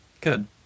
Good